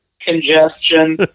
congestion